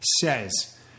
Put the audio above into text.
says